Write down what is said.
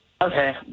Okay